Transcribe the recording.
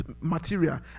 material